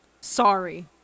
Sorry